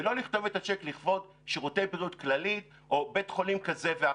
ולא לכתוב את הצ'ק לכבוד שירותי בריאות כללית או בית חולים כזה או אחר.